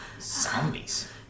Zombies